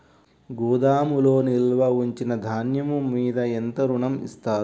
గోదాములో నిల్వ ఉంచిన ధాన్యము మీద ఎంత ఋణం ఇస్తారు?